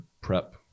prep